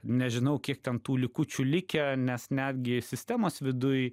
nežinau kiek ten tų likučių likę nes netgi sistemos viduj